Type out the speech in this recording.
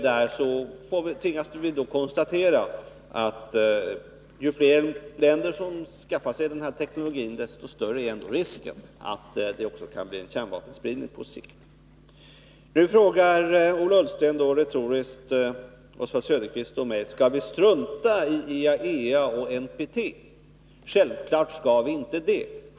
Där tvingas vi då konstatera att ju fler länder som skaffar sig den här teknologin, desto större är risken att det på sikt också blir kärnvapenspridning. Nu frågar Ola Ullsten Oswald Söderqvist och mig retoriskt: Skall vi strunta i IAEA och NPT? Självfallet skall vi inte det.